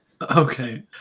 Okay